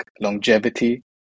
longevity